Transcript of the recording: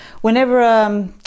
Whenever